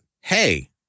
Hey